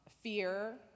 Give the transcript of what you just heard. fear